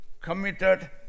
committed